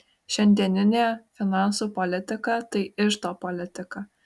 šiandieninė finansų politika tai iždo politika